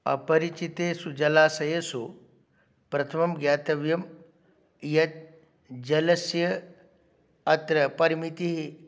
अपरिचितेषु जलाशयेषु प्रथमं ज्ञातव्यं यत् जलस्य अत्र परिमितिः